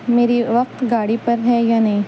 میری وقت گاڑی پر ہے یا نہیں